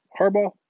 Harbaugh